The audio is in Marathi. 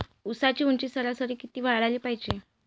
ऊसाची ऊंची सरासरी किती वाढाले पायजे?